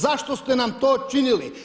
Zašto ste nam to činili?